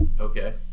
okay